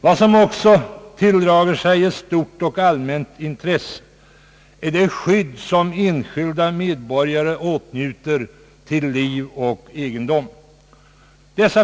Vad som också tilldrar sig ett stort och allmänt intresse är det skydd som enskilda medborgare åtnjuter till liv och egendom.